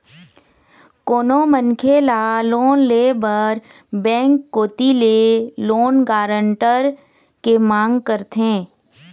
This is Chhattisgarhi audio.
कोनो मनखे ल लोन ले बर बेंक कोती ले लोन गारंटर के मांग करथे